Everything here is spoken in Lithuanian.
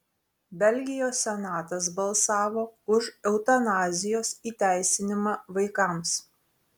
belgijos senatas balsavo už eutanazijos įteisinimą vaikams